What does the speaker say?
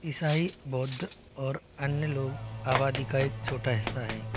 ईसाई बौद्ध और अन्य लोग आबादी का एक छोटा हिस्सा हैं